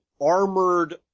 armored